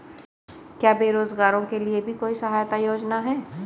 क्या बेरोजगारों के लिए भी कोई सहायता योजना है?